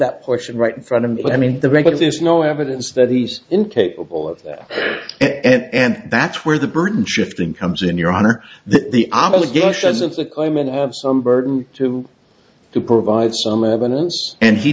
question right in front of me but i mean the record of there's no evidence that he's incapable of that and that's where the burton shifting comes in your honor the obligations of the claimant of some burden to to provide some evidence and he